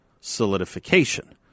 solidification